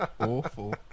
awful